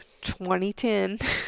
2010